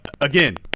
again